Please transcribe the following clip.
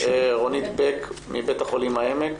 אני רוצה לעבור לד"ר רונית בק מבית החולים העמק.